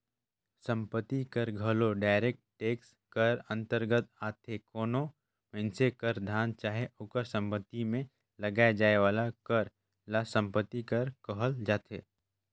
संपत्ति कर घलो डायरेक्ट टेक्स कर अंतरगत आथे कोनो मइनसे कर धन चाहे ओकर सम्पति में लगाए जाए वाला कर ल सम्पति कर कहल जाथे